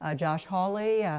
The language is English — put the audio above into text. ah josh hawley, yeah